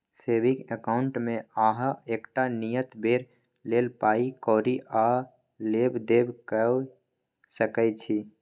saving अकाउंटमे अहाँ एकटा नियत बेर लेल पाइ कौरी आ लेब देब कअ सकै छी